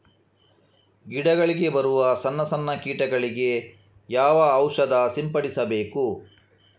ಗಿಡಗಳಿಗೆ ಬರುವ ಸಣ್ಣ ಸಣ್ಣ ಕೀಟಗಳಿಗೆ ಯಾವ ಔಷಧ ಸಿಂಪಡಿಸಬೇಕು?